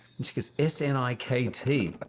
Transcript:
and she goes, s n i k t,